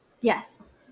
Yes